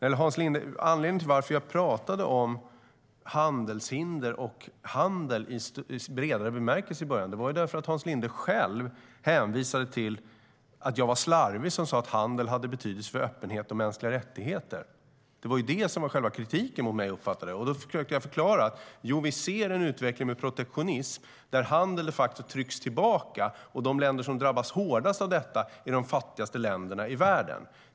Anledningen till att jag talade om handelshinder och handel i bredare bemärkelse i början var därför att Hans Linde själv hänvisade till att jag var slarvig som sa att handel hade betydelse för öppenhet och mänskliga rättigheter. Det var själva kritiken mot mig, som jag uppfattade det. Jag försökte förklara att vi ser en utveckling med protektionism där handel trycks tillbaka. De länder som drabbas hårdast av detta är de fattigaste länderna i världen.